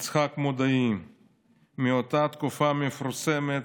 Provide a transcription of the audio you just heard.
יצחק מודעי מאותה תקופה מפורסמת,